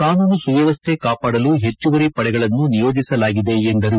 ಕಾನೂನು ಸುವ್ಲವಸ್ಥೆ ಕಾಪಾಡಲು ಹೆಚ್ಲುವರಿ ಪಡೆಗಳನ್ನು ನಿಯೋಜಿಸಲಾಗಿದೆ ಎಂದರು